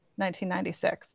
1996